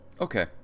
Okay